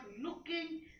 looking